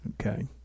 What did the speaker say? Okay